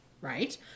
right